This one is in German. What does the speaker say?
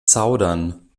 zaudern